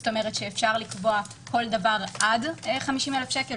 זאת אומרת שאפשר לקבוע כל דבר עד 50,000 שקל,